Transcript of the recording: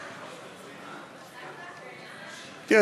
כן,